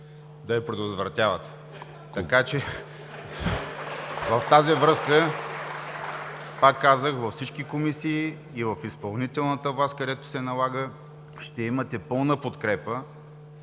и ръкопляскания от ГЕРБ.) В тази връзка, пак казвам, във всички комисии и в изпълнителната власт, където се налага, ще имате пълна подкрепа,